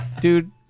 dude